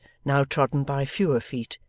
now trodden by fewer feet,